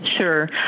Sure